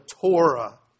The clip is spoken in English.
Torah